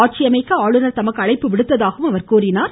ஆட்சியமைக்க ஆளுநர் தமக்கு அழைப்பு விடுத்ததாகவும் அவர் கூறினார்